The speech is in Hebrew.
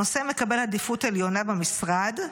הנושא מקבל עדיפות עליונה במשרד,